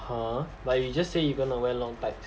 !huh! but you just say you gonna wear long tights